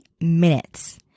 minutes